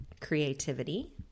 creativity